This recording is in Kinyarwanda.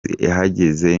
ihagaze